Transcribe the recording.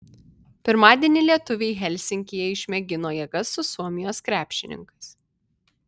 pirmadienį lietuviai helsinkyje išmėgino jėgas su suomijos krepšininkais